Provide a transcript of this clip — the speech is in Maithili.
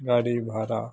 गाड़ी भाड़ा